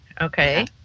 okay